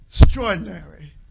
Extraordinary